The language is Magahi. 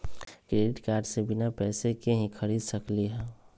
क्रेडिट कार्ड से बिना पैसे के ही खरीद सकली ह?